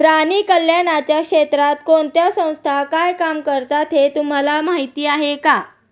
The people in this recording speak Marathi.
प्राणी कल्याणाच्या क्षेत्रात कोणत्या संस्था काय काम करतात हे तुम्हाला माहीत आहे का?